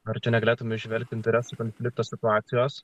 ar tu negalėtumei įžvelgti interesų konflikto situacijos